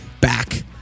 back